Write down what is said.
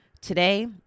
Today